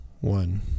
one